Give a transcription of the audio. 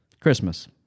Christmas